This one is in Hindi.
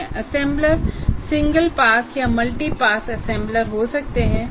असेंबलर सिंगल पास या मल्टी पास असेंबलर हो सकते हैं